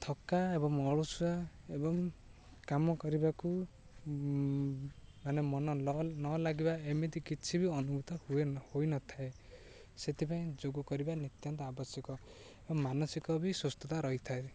ଥକା ଏବଂ ଅଳସୁଆ ଏବଂ କାମ କରିବାକୁ ମାନେ ମନ ଲାଗିବା ଏମିତି କିଛି ବି ଅନୁଭୂତ ହୁଏ ହୋଇନଥାଏ ସେଥିପାଇଁ ଯୋଗ କରିବା ନିତ୍ୟାନ୍ତ ଆବଶ୍ୟକ ଏବଂ ମାନସିକ ବି ସୁସ୍ଥତା ରହିଥାଏ